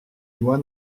loi